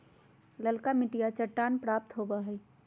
ललका मटिया चट्टान प्राप्त होबा हई